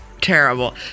Terrible